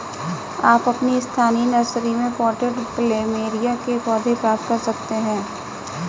आप अपनी स्थानीय नर्सरी में पॉटेड प्लमेरिया के पौधे प्राप्त कर सकते है